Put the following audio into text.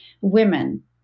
women